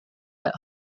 that